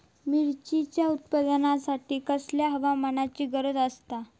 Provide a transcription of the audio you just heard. मिरचीच्या उत्पादनासाठी कसल्या हवामानाची गरज आसता?